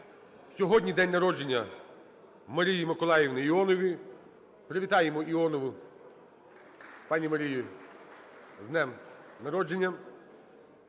Сьогодні день народження Марії Миколаївни Іонової. Привітаємо Іонову пані Марію з днем народження.